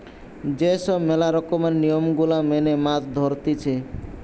যে সব ম্যালা রকমের নিয়ম গুলা মেনে মাছ ধরতিছে